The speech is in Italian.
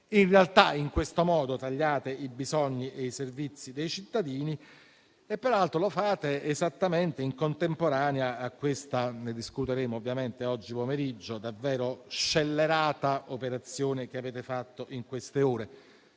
In realtà, in questo modo tagliate i bisogni e i servizi dei cittadini e peraltro lo fate esattamente in contemporanea - ne discuteremo oggi pomeriggio - all'operazione davvero scellerata che avete fatto in queste ore.